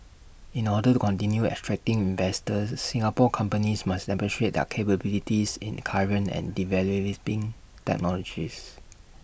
in order to continue attracting investors Singapore companies must demonstrate their capabilities in current and technologies